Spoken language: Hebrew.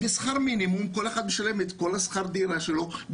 ובשכר מינימום כל אחד משלם את כל שכר הדירה שלו,